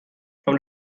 from